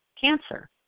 cancer